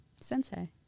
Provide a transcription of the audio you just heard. sensei